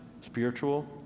spiritual